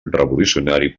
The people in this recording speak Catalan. revolucionari